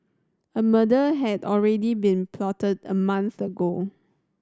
a murder had already been plotted a month ago